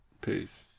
Peace